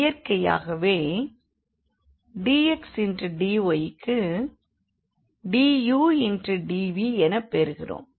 இயற்கையாகவே dx dyக்கு du dv எனப்பெறுகிறோம்